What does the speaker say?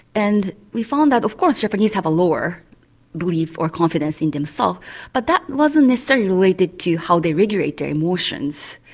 and we found that of course japanese have a lower belief or confidence in themselves but that wasn't necessarily related to how they regulate emotions.